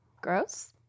Gross